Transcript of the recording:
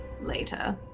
later